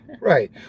Right